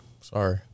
Sorry